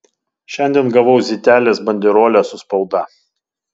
šiandien gavau zitelės banderolę su spauda